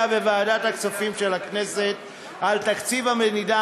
בוועדת הכספים של הכנסת על תקציב המדינה,